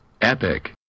epic